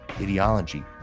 ideology